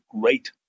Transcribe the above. great